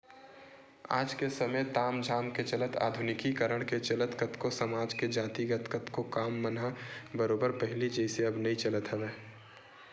आज के समे ताम झाम के चलत आधुनिकीकरन के चलत कतको समाज के जातिगत कतको काम मन ह बरोबर पहिली जइसे अब नइ चलत हवय